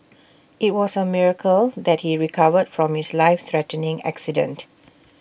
IT was A miracle that he recovered from his life threatening accident